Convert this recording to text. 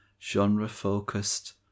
genre-focused